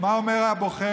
מה אומר הבוחר?